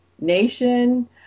nation